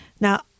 Now